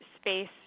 space